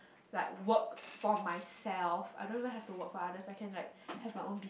like work for myself I don't even have to for other second like have my own